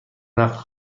نقد